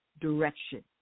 direction